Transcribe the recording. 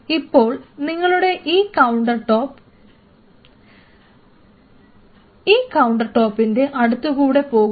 ഇപ്പോൾ നിങ്ങളുടെ ഈ കൌണ്ടർ ടോപ് ഈ കൌണ്ടർ ടോപ്പിൻറെ അടുത്തു കൂടെ പോകുന്നു